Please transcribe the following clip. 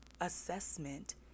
assessment